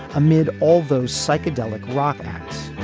amid all those psychedelic rock